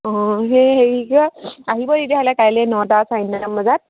অঁ সেই হেৰি কি কয় আহিব তেতিয়াহ'লে কাইলে নটা চাৰে নটা মান বজাত